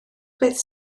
beth